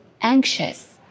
anxious